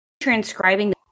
transcribing